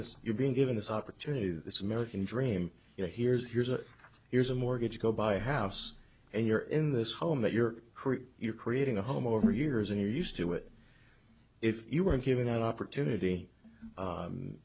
this you're being given this opportunity this american dream you know here's here's a here's a mortgage go buy a house and you're in this home that your career you're creating a home over years and you're used to it if you were given that opportunity